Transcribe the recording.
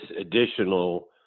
additional